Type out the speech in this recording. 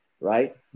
right